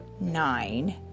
Nine